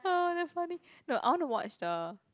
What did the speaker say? oh damn funny no I want to watch the